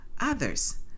others